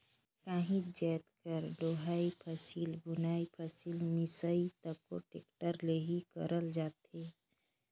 काहीच जाएत कर डोहई, फसिल बुनई, फसिल मिसई तको टेक्टर ले ही करल जाथे